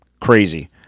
Crazy